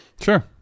Sure